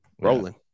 Rolling